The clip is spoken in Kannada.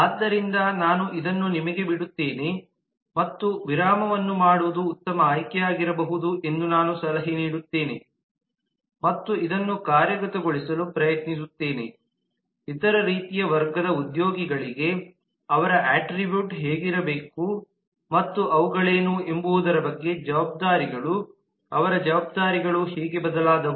ಆದ್ದರಿಂದ ನಾನು ಇದನ್ನು ನಿಮಗೆ ಬಿಡುತ್ತೇನೆ ಮತ್ತು ವಿರಾಮವನ್ನು ಮಾಡುವುದು ಉತ್ತಮ ಆಯ್ಕೆಯಾಗಿರಬಹುದು ಎಂದು ನಾನು ಸಲಹೆ ನೀಡುತ್ತೇನೆ ಮತ್ತು ಇದನ್ನು ಕಾರ್ಯಗತಗೊಳಿಸಲು ಪ್ರಯತ್ನಿಸುತ್ತೇನೆ ಇತರ ರೀತಿಯ ವರ್ಗದ ಉದ್ಯೋಗಿಗಳಿಗೆ ಅವರ ಅಟ್ರಿಬ್ಯೂಟ್ ಹೇಗಿರಬೇಕು ಮತ್ತು ಅವುಗಳೇನು ಎಂಬುದರ ಬಗ್ಗೆ ಜವಾಬ್ದಾರಿಗಳು ಅವರ ಜವಾಬ್ದಾರಿಗಳು ಹೇಗೆ ಬದಲಾದವು